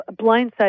blindsided